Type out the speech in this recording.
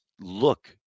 look